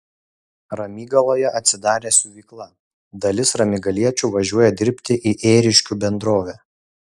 ramygaloje atsidarė siuvykla dalis ramygaliečių važiuoja dirbti į ėriškių bendrovę